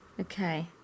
Okay